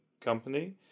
company